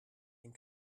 den